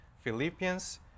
Philippians